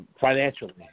financially